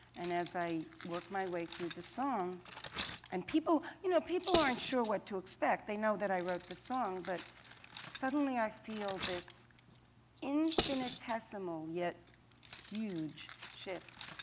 and as i worked my way through the song and people you know people aren't sure what to expect. they know that i wrote the song, but suddenly i feel this infinitesimal, yet huge shift.